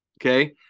okay